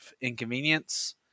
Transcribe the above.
inconvenience